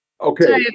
okay